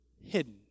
hidden